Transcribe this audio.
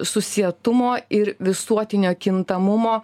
susietumo ir visuotinio kintamumo